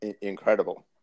incredible